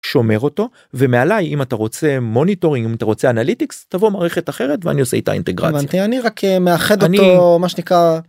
שומר אותו ומעליי אם אתה רוצה מוניטורים אם אתה רוצה אנליטיקס תבוא מערכת אחרת ואני עושה איתה אינטגרציה. הבנתי, אני רק מאחד אותו, מה שנקרא